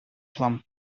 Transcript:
plump